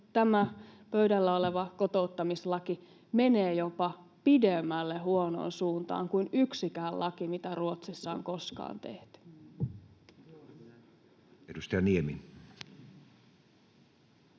tämä pöydällä oleva kotouttamislaki menee jopa pidemmälle huonoon suuntaan kuin yksikään laki, mitä Ruotsissa on koskaan tehty. [Speech